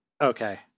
Okay